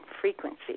frequency